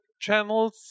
channels